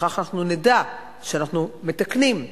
וכך אנחנו נדע שאנחנו מתקנים,